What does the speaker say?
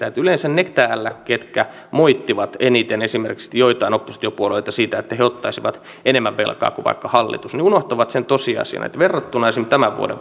että yleensä ne täällä jotka moittivat eniten esimerkiksi joitain oppositiopuolueita siitä että nämä ottaisivat enemmän velkaa kuin vaikka hallitus unohtavat sen tosiasian että verrattuna esimerkiksi tämän vuoden